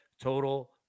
total